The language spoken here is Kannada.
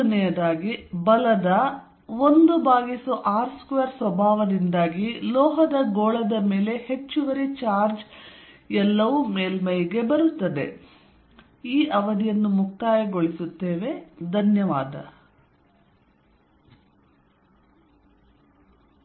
ಮೂರನೆಯದಾಗಿ ಬಲದ 1r2 ಸ್ವಭಾವದಿಂದಾಗಿ ಲೋಹದ ಗೋಳದ ಮೇಲೆ ಹೆಚ್ಚುವರಿ ಚಾರ್ಜ್ ಎಲ್ಲವೂ ಮೇಲ್ಮೈಗೆ ಬರುತ್ತದೆ